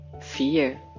fear